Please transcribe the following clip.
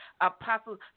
apostles